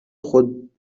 خود